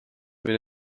või